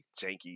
janky